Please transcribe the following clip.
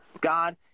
God